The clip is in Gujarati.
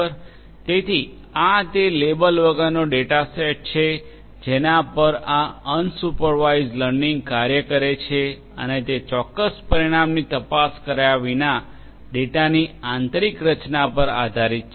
તેથી આ તે લેબલ વગરનો ડેટાસેટ છે જેના પર આ અનસુપરવાઇઝડ લર્નિંગ કાર્ય કરે છે અને તે ચોક્કસ પરિણામની તપાસ કર્યા વિના ડેટાની આંતરિક રચના પર આધારિત છે